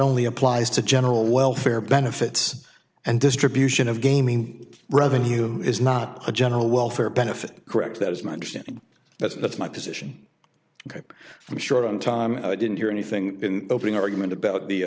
only applies to general welfare benefits and distribution of gaming revenue is not a general welfare benefit correct that is my understanding that's not my position ok i'm short on time i didn't hear anything in opening argument about the